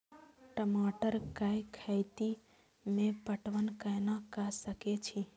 टमाटर कै खैती में पटवन कैना क सके छी?